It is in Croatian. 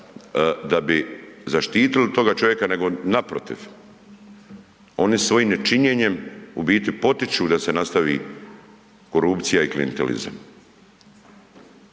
da bi zaštitili toga čovjeka nego naprotiv oni svojim nečinjenjem u biti potiču da se nastavi korupcija i klijantelizam.